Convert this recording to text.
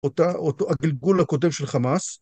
אותו הגלגול הקודם של חמאס.